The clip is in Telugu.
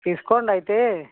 తీసుకోండి అయితే